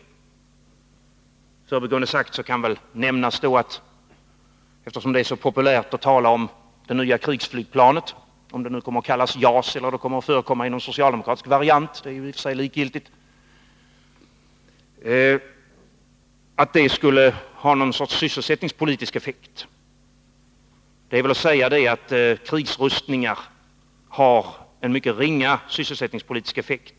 I förbigående kan väl nämnas, eftersom det är så populärt att tala om att det nya krigsflygplanet — om det kommer att kallas JAS eller om det kommer att förekomma i någon socialdemokratisk variant är i och för sig likgiltigt — skulle ha någon sorts sysselsättningspolitisk effekt, att krigsrustningar har mycket ringa sådan effekt.